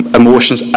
emotions